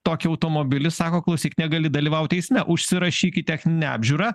tokį automobilį sako klausyk negali dalyvaut eisme užsirašyk į techninę apžiūrą